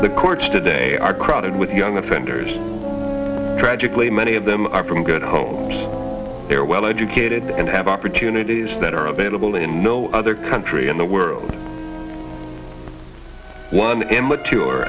the courts today are crowded with young offenders tragically many of them are from good homes they're well educated and have opportunities that are available in no other country in the world one immature